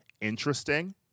interesting